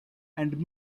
and